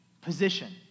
position